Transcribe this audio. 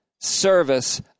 service